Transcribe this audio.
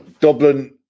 Dublin